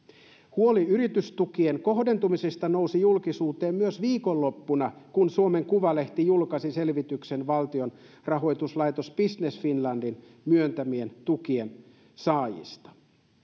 huoli yritystukien kohdentumisesta nousi julkisuuteen myös viikonloppuna kun suomen kuvalehti julkaisi selvityksen valtion rahoituslaitos business finlandin myöntämien tukien saajista